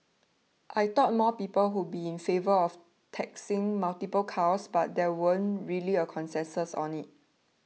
I thought more people would be in favour of taxing multiple cars but there weren't really a consensus on it